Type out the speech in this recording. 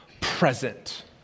present